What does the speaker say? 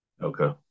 okay